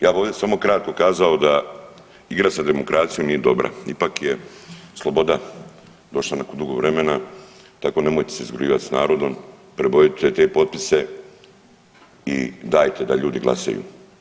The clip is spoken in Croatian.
Ja bi ovde samo kratko kazao da igra sa demokracijom nije dobra ipak je sloboda došla sad nakon dugo vremena tako nemojte se izrugivat s narodom, prebolite te potpisa i dajte da ljudi glasaju.